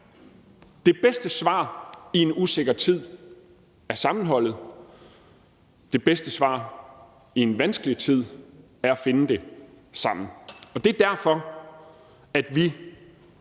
Det bedste svar i en usikker tid er sammenholdet. Det bedste svar i en vanskelig tid er at finde det sammen. Og det er derfor, at vi